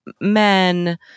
men